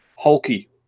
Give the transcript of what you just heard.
Hulky